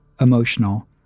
emotional